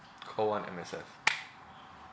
call one M_S_F